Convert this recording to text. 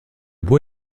bois